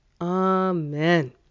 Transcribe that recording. Amen